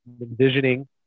envisioning